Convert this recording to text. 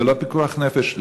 זה לא פיקוח נפש?